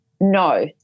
No